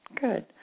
good